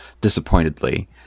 disappointedly